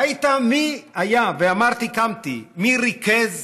ראית מי היה, ואמרתי, הקמתי, מי ריכז